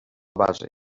base